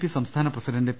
P സം സ്ഥാന president P